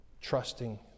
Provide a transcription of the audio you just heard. trusting